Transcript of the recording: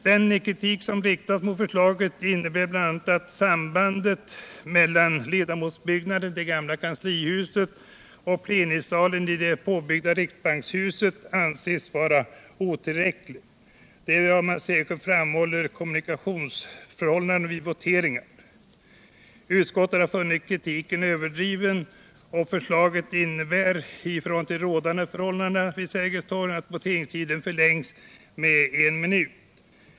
Den kritik som riktats mot förslaget innebär bl.a. att sambandet mellan ledamotsbyggnaden, det gamla kanslihuset, och plenisalen i det påbyggda riksbankshuset anses vara otillräckligt. Därvid har man särskilt framhållit kommunikationsförhållandena vid votering. Utskottet har funnit kritiken överdriven. Förslaget innebär i jämförelse med de rådande förhållandena vid Sergels torg att voteringstiden förlängs med en minut.